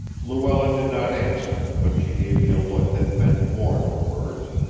luella did not answer, but she gave me a look that meant more than words.